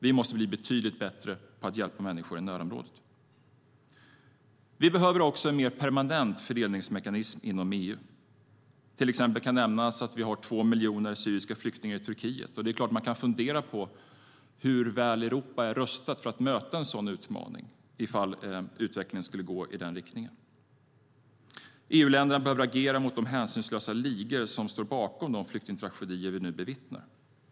Vi måste bli betydligt bättre på att hjälpa människor i närområdet. Vi behöver också en mer permanent fördelningsmekanism inom EU. Som exempel kan nämnas att det finns 2 miljoner syriska flyktingar i Turkiet. Det är klart att man funderar över hur väl Europa är rustat för att möta en sådan utmaning, ifall utvecklingen skulle gå i den riktningen. EU-länderna måste agera mot de hänsynslösa ligor som står bakom flyktingtragedier som vi nu bevittnar.